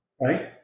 right